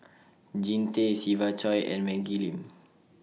Jean Tay Siva Choy and Maggie Lim